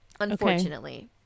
Unfortunately